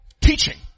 Teaching